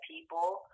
people